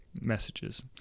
messages